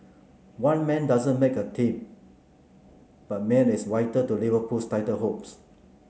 one man doesn't make a team but Mane is white to Liverpool's title hopes